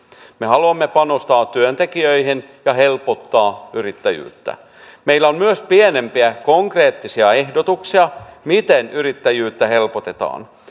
me haluamme panostaa työntekijöihin ja helpottaa yrittäjyyttä meillä on myös pienempiä konkreettisia ehdotuksia miten yrittäjyyttä helpotetaan